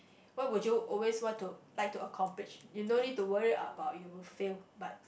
what would you always want to like to accomplish you no need worry about you will fail but